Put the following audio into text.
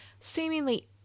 seemingly